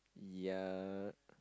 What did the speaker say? yea